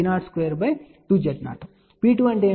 P2 అంటే ఏమిటి